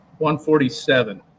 147